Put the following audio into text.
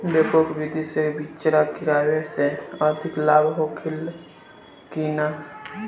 डेपोक विधि से बिचड़ा गिरावे से अधिक लाभ होखे की न?